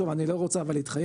שוב אני לא רוצה אבל להתחייב.